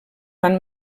fan